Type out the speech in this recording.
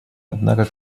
однако